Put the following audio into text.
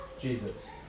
Jesus